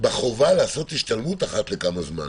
בחובה לעשות השתלמות אחת לכמה זמן,